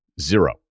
Zero